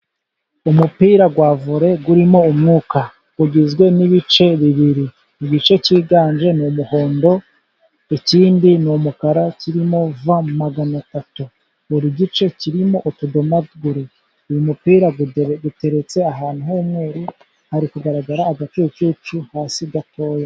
Umupira wa vore urimo umwuka. ugizwe n'ibice bibiri igice cyiganje ni umuhondo, ikindi ni umukara kirimo v magana atatu. Buri gice kirimo utudomagure, uyu mupira uteretse ahantu h'umweru hari kugaragara agacucu hasi gatoya.